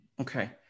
Okay